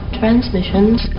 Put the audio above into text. transmissions